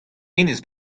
enez